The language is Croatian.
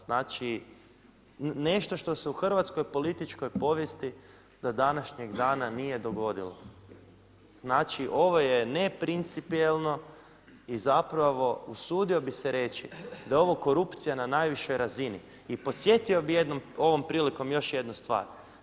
Znači nešto što se u hrvatskoj političkoj povijesti do današnjeg dana nije dogodilo, znači ovo je neprincipijelno, i zapravo usudio bih se reći, da je ovo korupcija na najvišoj razini i podsjetio bih ovom prilikom još jednu stvar.